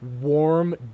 warm